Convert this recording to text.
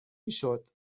میشد